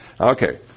Okay